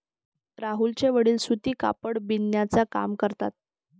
राहुलचे वडील सूती कापड बिनण्याचा काम करतात